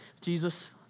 Jesus